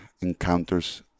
encounters